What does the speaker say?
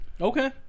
Okay